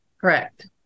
Correct